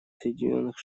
соединенных